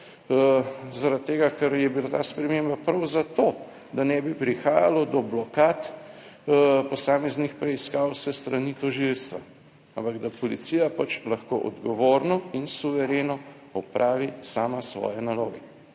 zaradi tega ker je bila ta sprememba prav zato, da ne bi prihajalo do blokad posameznih preiskav s strani tožilstva, ampak da policija lahko odgovorno in suvereno opravi sama svoje naloge,